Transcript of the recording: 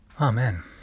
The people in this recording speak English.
Amen